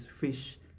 fish